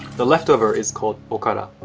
the leftover is called okara.